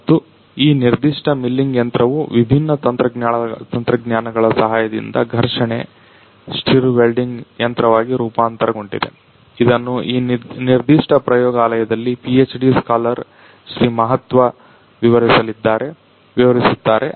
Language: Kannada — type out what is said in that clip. ಮತ್ತು ಈ ನಿರ್ದಿಷ್ಟ ಮಿಲ್ಲಿಂಗ್ ಯಂತ್ರವು ವಿಭಿನ್ನ ತಂತ್ರಜ್ಞಾನಗಳ ಸಹಾಯದಿಂದ ಘರ್ಷಣೆ ಸ್ಟಿರ್ ವೆಲ್ಡಿಂಗ್ ಯಂತ್ರವಾಗಿ ರೂಪಾಂತರಗೊಂಡಿದೆ ಇದನ್ನು ಈ ನಿರ್ದಿಷ್ಟ ಪ್ರಯೋಗಾಲಯದಲ್ಲಿ ಪಿಎಚ್ಡಿ ಸ್ಕಾಲರ್ ಶ್ರೀ ಮಹತ್ವ ವಿವರಿಸುತ್ತಾರೆ